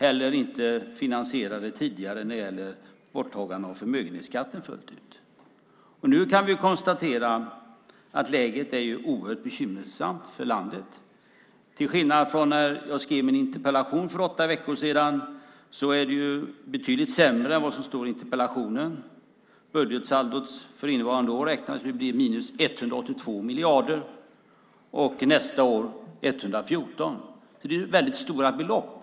Borttagandet av förmögenhetsskatten var inte heller finansierat fullt ut. Nu kan vi konstatera att läget är oerhört bekymmersamt för landet. Till skillnad från när jag skrev min interpellation för åtta veckor sedan är det betydligt sämre än vad som står i interpellationen. Budgetsaldot för innevarande år beräknas bli minus 182 miljarder och nästa år minus 114 miljarder. Det är väldigt stora belopp.